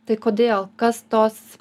tai kodėl kas tos